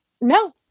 No